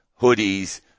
hoodies